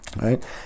right